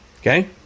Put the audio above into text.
Okay